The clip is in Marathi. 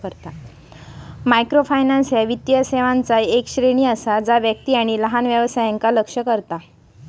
मायक्रोफायनान्स ह्या वित्तीय सेवांचा येक श्रेणी असा जा व्यक्ती आणि लहान व्यवसायांका लक्ष्य करता